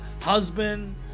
husband